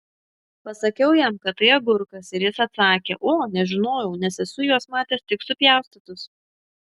pasakiau jam kad tai agurkas ir jis atsakė o nežinojau nes esu juos matęs tik supjaustytus